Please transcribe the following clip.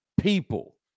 people